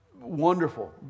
wonderful